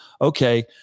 okay